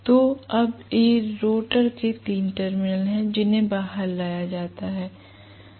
तो अब ये रोटर के तीन टर्मिनल हैं जिन्हें बाहर लाया जाता है